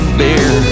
beer